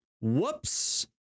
Whoops